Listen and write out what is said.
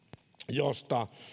josta